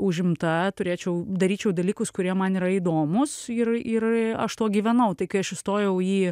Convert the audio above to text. užimta turėčiau daryčiau dalykus kurie man yra įdomūs ir ir aš tuo gyvenau tai kai aš įstojau į